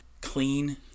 clean